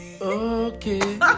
Okay